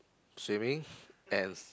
swimming and